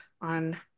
on